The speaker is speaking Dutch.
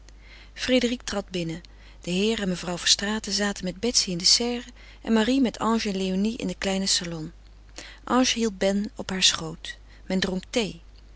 frédérique trad binnen de heer en mevrouw verstraeten zaten met betsy in de serre en marie met ange en léonie in den kleinen salon ange hield ben op heur schoot men dronk thee